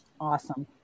Awesome